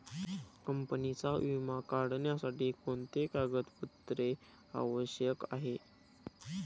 कंपनीचा विमा काढण्यासाठी कोणते कागदपत्रे आवश्यक आहे?